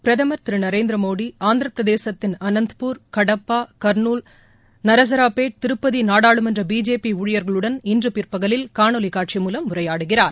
பிரதமர் திரு நரேந்திரமோடி ஆந்திரபிரதேசத்தின் அனந்தபூர் கடப்பா கர்னூல் நரசபேட் திருப்பதி நாடாளுமன்ற பிஜேபி ஊழியர்களுடன் இன்று பிற்பகலில் காணொலி காட்சி மூலம் உரையாடுகிறார்